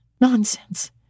nonsense